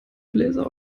bläser